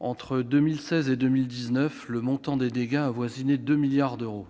Entre 2016 et 2019, le montant des dégâts a avoisiné 2 milliards d'euros.